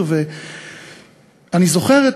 הוא מוותר.